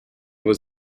was